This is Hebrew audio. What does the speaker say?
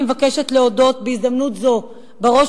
אני מבקשת להודות בהזדמנות זו בראש